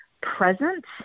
presence